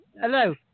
Hello